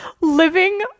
living